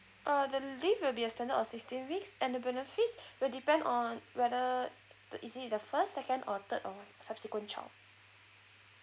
uh the leave will be a standard of sixteen weeks and the benefits will depend on whether the is it the first second or third or subsequent child